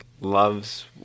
loves